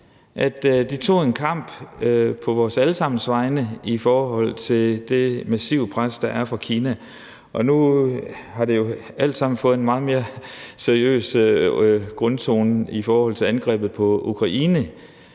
at de tog en kamp på vores alle sammens vegne i forhold til det massive pres, der er fra Kina. Nu har det jo alt sammen fået en meget mere seriøs grundtone efter angrebet på Ukraine.